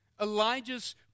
Elijah's